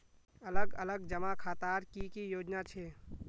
अलग अलग जमा खातार की की योजना छे?